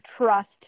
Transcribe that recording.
trust